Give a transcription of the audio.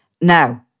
Now